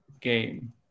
game